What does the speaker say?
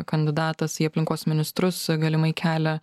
kandidatas į aplinkos ministrus galimai kelia